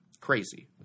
crazy